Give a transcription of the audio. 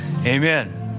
amen